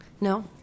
No